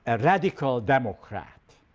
and radical democrat,